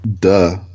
Duh